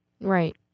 Right